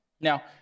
Now